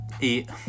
eat